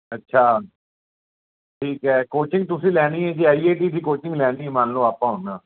ਅੱਛਾ ਠੀਕ ਹੈ ਕੋਚਿੰਗ ਤੁਸੀਂ ਲੈਣੀ ਹੈ ਜੇ ਆਈ ਆਈ ਟੀ ਦੀ ਕੋਚਿੰਗ ਲੈਣ ਦੀ ਮੰਨ ਲਓ ਆਪਾਂ ਹੁਣ